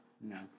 no